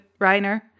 Reiner